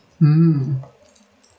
mm